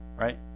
right